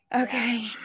Okay